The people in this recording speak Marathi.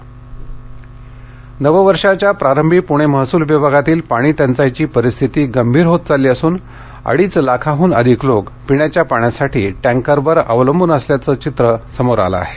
पाणीटचाई नववर्षाच्या प्रारभी पुणे महसूल विभागातील पाणी टंचाईची परिस्थिती गंभीर होत चालली असून अडीच लाखाहन अधिक लोक पिण्याच्या पाण्यासाठी टँकरवर अवलंबून असल्याचं चित्र समोर आलं आहे